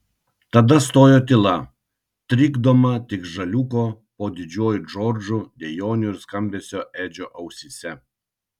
tada stojo tyla trikdoma tik žaliūko po didžiuoju džordžu dejonių ir skambesio edžio ausyse